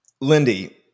Lindy